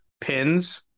pins